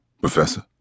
Professor